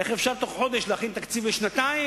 איך אפשר בתוך חודש להכין תקציב לשנתיים,